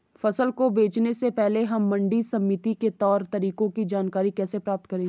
फसल को बेचने से पहले हम मंडी समिति के तौर तरीकों की जानकारी कैसे प्राप्त करें?